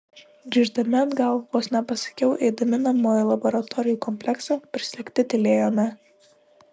grįždami atgal vos nepasakiau eidami namo į laboratorijų kompleksą prislėgti tylėjome